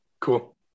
Cool